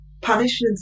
punishments